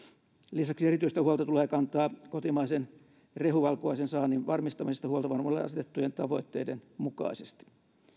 lisäksi erityistä huolta tulee kantaa kotimaisen rehuvalkuaisen saannin varmistamisesta huoltovarmuudelle asetettujen tavoitteiden mukaisesti